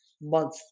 month